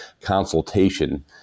consultation